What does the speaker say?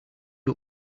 who